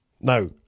No